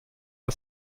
der